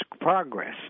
Progress